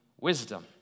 wisdom